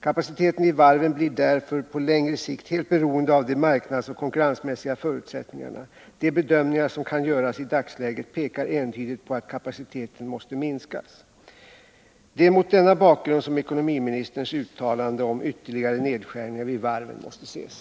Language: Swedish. Kapaciteten vid varven blir därför på längre sikt helt beroende av de marknadsoch konkurrensmässiga förutsättningarna. De bedömningar som kan göras i dagsläget pekar entydigt på att kapaciteten måste minskas. Det är mot denna bakgrund som ekonomiministerns uttalanden om "ytterligare nedskärningar vid varven” måste ses.